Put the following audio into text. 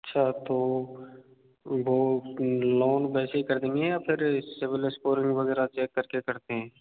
अच्छा तो वो लोन वैसे ही कर देंगे या फिर सिबिल स्कोर भी वग़ैरह चेक कर के करते हैं